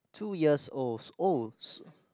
two years old oh